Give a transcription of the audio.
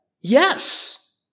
yes